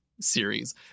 series